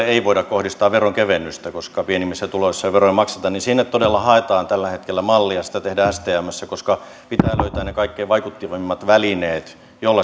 ei voida kohdistaa veronkevennystä koska pienimmissä tuloissa ei veroja makseta todella haetaan tällä hetkellä mallia ja sitä tehdään stmssä koska pitää löytää ne kaikkein vaikuttavimmat välineet joilla